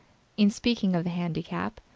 in speaking of the handicap,